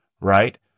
right